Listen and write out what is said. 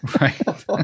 Right